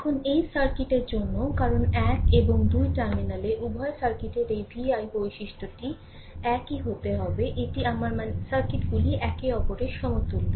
এখন এই সার্কিটের জন্যও কারণ এক এবং দুই টার্মিনালে উভয় সার্কিটের এই vi বৈশিষ্ট্যটি একই হতে হবে এটি আমার মানে সার্কিটগুলি একে অপরের সমতুল্য